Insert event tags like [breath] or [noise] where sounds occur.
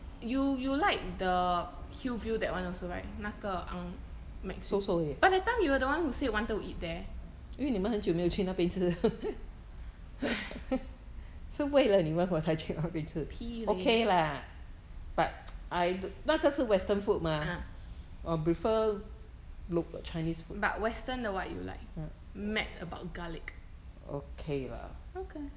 you you like the hill view that one also right 那个 but that time you are the one who say want to eat there [breath] 屁 leh ah but western 的 what you like mad about garlic okay